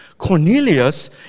Cornelius